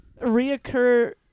reoccur